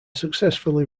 successfully